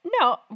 no